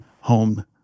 home